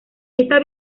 esta